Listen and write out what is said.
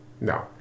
No